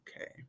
Okay